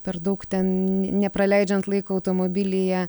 per daug ten ni nepraleidžiant laiko automobilyje